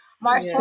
March